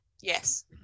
Yes